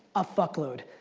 a fuckload.